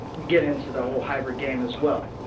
get into the whole hybrid game as well.